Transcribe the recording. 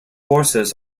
horses